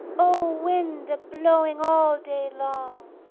o wind, a-blowing all day long,